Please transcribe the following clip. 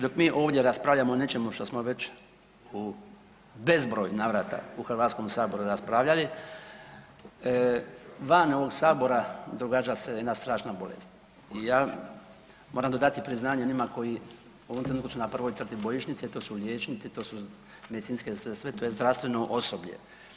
Dok mi ovdje raspravljamo o nečemu što smo već u bezbroj navrata u HS raspravljali, van ovog Sabora događa se jedna strašna bolest i ja moram dodati priznanje njima koji su u ovom trenutku na prvoj crti bojišnice, to su liječnici, to su medicinske sestre, to je zdravstveno osoblje.